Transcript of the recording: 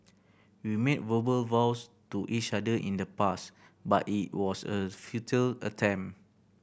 we made verbal vows to each other in the past but it was a futile attempt